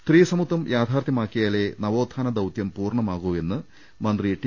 സ്ത്രീസമത്വം യാഥാർഥ്യമാക്കിയാലേ നവോത്ഥാന ദൌത്യം പൂർണമാകൂവെന്ന് മന്ത്രി ട്ടി